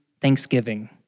Thanksgiving